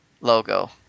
logo